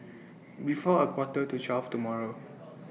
before A Quarter to twelve tomorrow